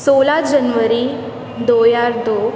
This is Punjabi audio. ਸੋਲ੍ਹਾਂ ਜਨਵਰੀ ਦੋ ਹਜ਼ਾਰ ਦੋ